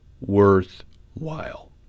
worthwhile